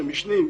שמשנים,